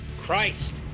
Christ